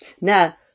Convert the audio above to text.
Now